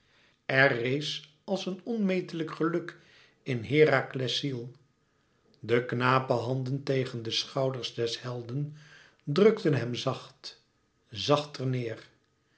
er rees als een onmetelijk geluk in herakles ziel de knapehanden tegen de schouders des helden drukten hem zacht zacht ter